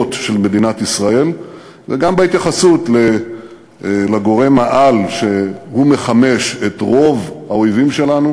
של מדינת ישראל וגם בהתייחסות לגורם-העל שמחמש את רוב האויבים שלנו,